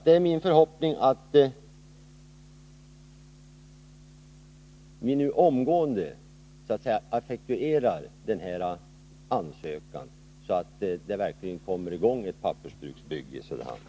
Det är min förhoppning att regeringen nu omgående effektuerar denna ansökan, så att ett pappersbruksbygge i Söderhamn verkligen kommer i gång.